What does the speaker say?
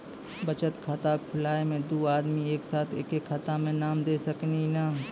बचत खाता खुलाए मे दू आदमी एक साथ एके खाता मे नाम दे सकी नी?